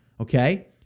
okay